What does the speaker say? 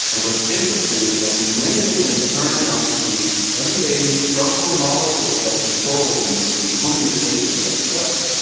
and what's interesting is that many of them turn out to be everyday structural molecules that control the the homeostasis of the cell.